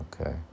okay